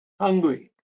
hungry